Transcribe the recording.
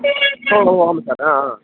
ஓ ஓ ஆமாம் சார் ஆ ஆ